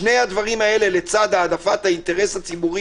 שני הדברים האלה לצד העדפת האינטרס הציבורי